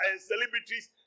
celebrities